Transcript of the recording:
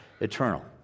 eternal